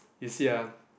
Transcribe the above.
you see ah